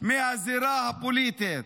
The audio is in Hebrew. מהזירה הפוליטית.